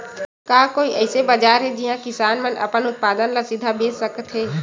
का कोई अइसे बाजार हे जिहां किसान मन अपन उत्पादन ला सीधा बेच सकथे?